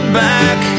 back